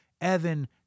Evan